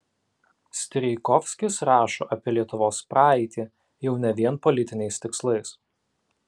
strijkovskis rašo apie lietuvos praeitį jau ne vien politiniais tikslais